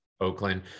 Oakland